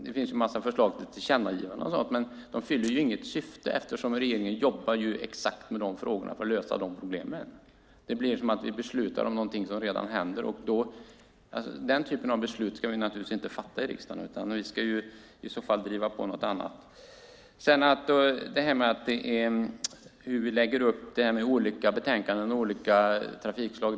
Det finns en massa förslag på tillkännagivande, men de fyller inget syfte eftersom regeringen jobbar exakt med de frågorna för att lösa de problemen. Då skulle vi besluta om någonting som redan händer. Den typen av beslut ska vi inte fatta i riksdagen, utan vi ska i så fall driva på något annat. Sedan har vi detta med hur vi lägger upp olika betänkanden om olika trafikslag.